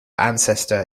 ancestor